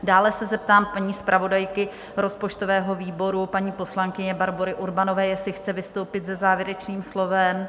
Dále se zeptám paní zpravodajky rozpočtového výboru, paní poslankyně Barbory Urbanové, jestli chce vystoupit se závěrečným slovem?